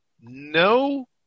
no